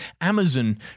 Amazon